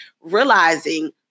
realizing